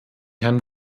herrn